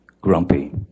grumpy